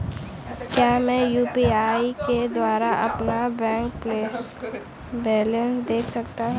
क्या मैं यू.पी.आई के द्वारा अपना बैंक बैलेंस देख सकता हूँ?